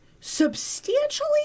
substantially